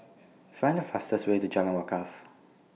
Find The fastest Way to Jalan Wakaff